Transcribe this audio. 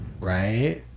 Right